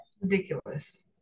Ridiculous